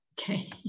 okay